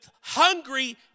hungry